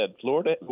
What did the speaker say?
Florida